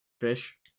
Fish